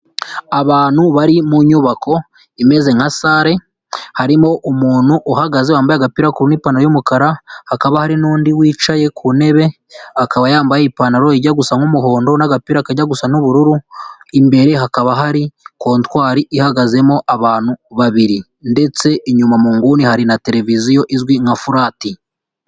Abantu bari mu nyubako imeze nka sale harimo umuntu uhagaze wambaye agapiraku n'ipantaro y'umukara hakaba hari n'undi wicaye ku ntebe akaba yambaye ipantaro ijya gusa nk'umuhondo n'agapira kajya gusa n'ubururu imbere hakaba hari kotwari ihagazemo abantu babiri ndetse inyuma mu nguni hari na televiziyo izwi nka furati.